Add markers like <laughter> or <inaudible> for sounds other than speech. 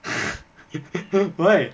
<laughs> why